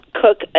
cook